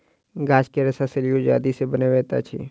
गाछ के रेशा सेल्यूलोस आदि सॅ बनैत अछि